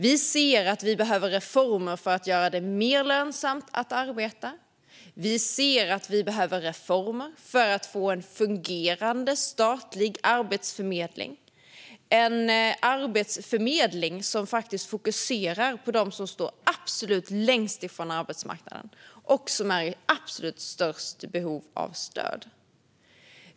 Vi ser att det behövs reformer för att göra det mer lönsamt att arbeta. Vi ser att det behövs reformer för att få en fungerande statlig arbetsförmedling, en arbetsförmedling som faktiskt fokuserar på dem som står absolut längst från arbetsmarknaden och som är i absolut störst behov av stöd.